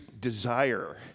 desire